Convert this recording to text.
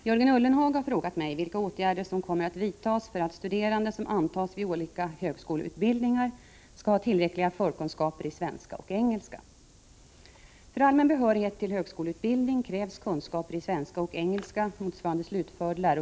Herr talman! Jörgen Ullenhag har frågat mig vilka åtgärder som kommer att vidtas för att studerande, som antas till olika högskoleutbildningar, skall ha tillräckliga förkunskaper i svenska och engelska.